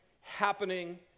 happening